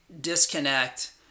disconnect